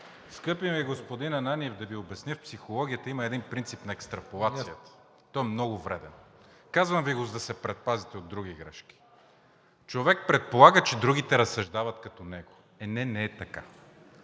Скъпи ми господин Ананиев, да Ви обясня – в психологията има един принцип на екстраполацията, и то много вреден. Казвам Ви го, за да се предпазите от други грешки – човек предполага, че другите разсъждават като него. Е, не, не е така.